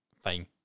fine